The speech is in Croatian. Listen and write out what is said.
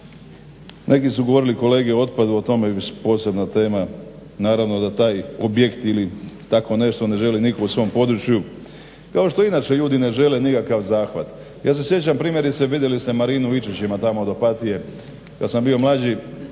Neki su govorili kolege o otpadu, o tome posebna tema, naravno da taj objekt ili takvo nešto ne želi nitko u svom području, kao što inače ljudi ne žele nikakav zahvat. Ja se sjećam primjerice vidjeli ste marinu u Ičićima tamo kod Opatije, kad sam bio mlađi